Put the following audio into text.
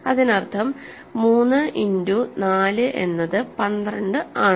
അതിനർത്ഥം 3 ഇന്റു 4 എന്നത് 12 ആണ്